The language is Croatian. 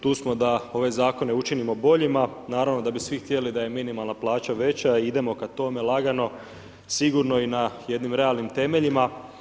Tu smo da ove zakone učinimo boljima, naravno da bi svi htjeli da je minimalna plaća veća i idemo ka tome lagano sigurno i na jednim realnim temeljima.